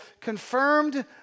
confirmed